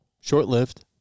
Short-lived